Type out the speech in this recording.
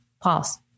pause